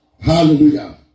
Hallelujah